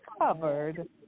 covered